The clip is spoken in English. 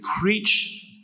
preach